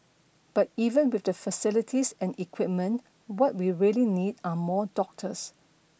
but even with the facilities and equipment what we really need are more doctors